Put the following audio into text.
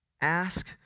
ask